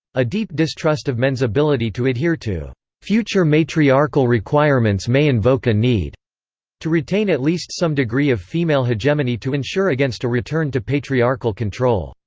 a deep distrust of men's ability to adhere to future matriarchal requirements may invoke a need to retain at least some degree of female hegemony to insure against a return to patriarchal control,